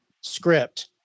script